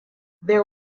there